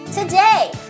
Today